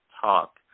Talk